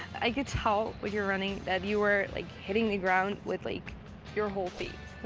i could tell with your running that you were like hitting the ground with like your whole feet.